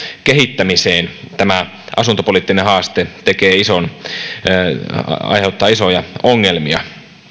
kehittämiseen tämä asuntopoliittinen haaste aiheuttaa isoja ongelmia